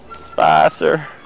Spicer